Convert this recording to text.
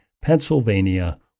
Pennsylvania